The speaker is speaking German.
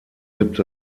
gibt